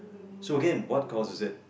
so again what causes it